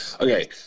Okay